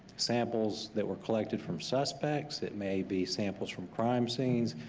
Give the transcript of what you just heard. samples that were collected from suspects. it may be samples from crime scenes.